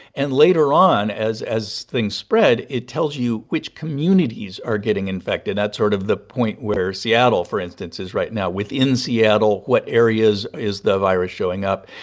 and later on, as as things spread, it tells you which communities are getting infected. that's sort of the point where seattle, for instance, is right now. within seattle, what areas is the virus showing up?